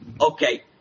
Okay